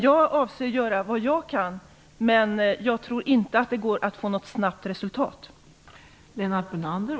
Jag avser att göra vad jag kan, men jag tror inte att det går att få något resultat snabbt.